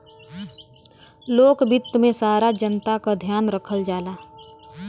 लोक वित्त में सारा जनता क ध्यान रखल जाला